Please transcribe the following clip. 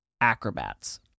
acrobats